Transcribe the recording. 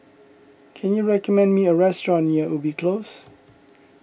can you recommend me a restaurant near Ubi Close